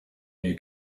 new